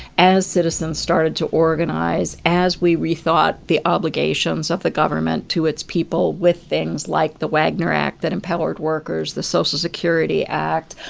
as citizens started to organize, as we rethought the obligations of the government to its people with things like the wagner act that empowered workers, the social security act,